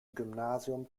gymnasium